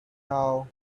now